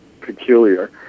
peculiar